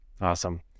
Awesome